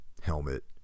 Helmet